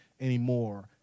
anymore